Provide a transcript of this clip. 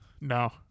No